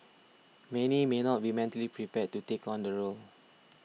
many may not be mentally prepared to take on the role